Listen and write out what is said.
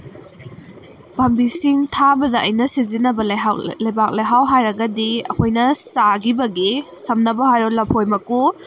ꯄꯥꯝꯕꯤꯁꯤꯡ ꯊꯥꯕꯗ ꯑꯩꯅ ꯁꯤꯖꯤꯟꯅꯕ ꯂꯩꯕꯥꯛ ꯂꯩꯍꯥꯎ ꯍꯥꯏꯔꯒꯗꯤ ꯑꯩꯈꯣꯏꯅ ꯆꯥꯈꯤꯕꯒꯤ ꯁꯝꯅꯕꯨ ꯍꯥꯏꯔꯣ ꯂꯐꯣꯏ ꯃꯀꯨ